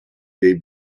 they